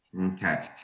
Okay